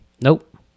Nope